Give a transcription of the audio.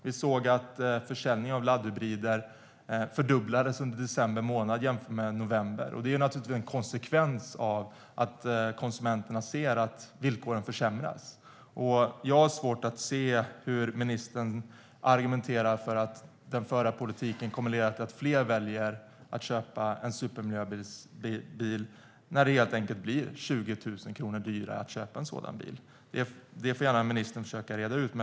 Vi såg att försäljningen av laddhybrider fördubblades under december månad jämfört med november, och det är naturligtvis en konsekvens av att konsumenterna ser att villkoren försämras. Jag har svårt att se hur ministern argumenterar för att den förda politiken kommer att leda till att fler väljer att köpa en supermiljöbil när det helt enkelt blir 20 000 kronor dyrare att köpa en sådan. Det får ministern gärna försöka reda ut.